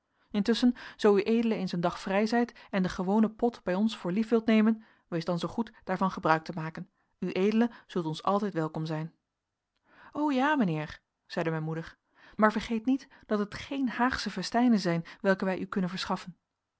intusschen zoo ued eens een dag vrij zijt en den gewonen pot bij ons voor lief wilt nemen wees dan zoo goed daarvan gebruik te maken ued zult ons altijd welkom zijn o ja mijnheer zeide mijn moeder maar vergeet niet dat het geen haagsche festijnen zijn welke wij u kunnen verschaffen